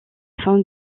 fin